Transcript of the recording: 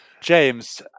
James